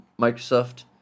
Microsoft